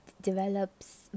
develops